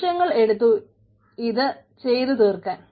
വർഷങ്ങൾ എടുത്തു ഇത് ചെയ്തു തീർക്കാൻ